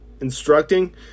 instructing